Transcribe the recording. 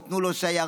ייתנו לו שיירה,